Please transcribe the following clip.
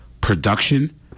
production